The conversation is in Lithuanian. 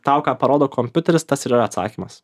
tau ką parodo kompiuteristas tas ir yra atsakymas